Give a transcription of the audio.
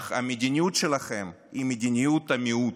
אך המדיניות שלכם היא מדיניות המיעוט.